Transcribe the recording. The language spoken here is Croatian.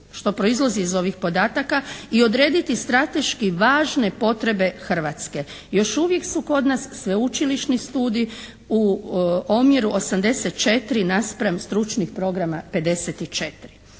što proizlazi iz ovih podataka i odrediti strateški važne potrebe Hrvatske. Još uvijek su kod nas sveučilišni studij u omjeru 84 naspram stručnih programa 54.